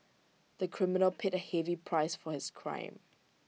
the criminal paid A heavy price for his crime